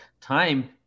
time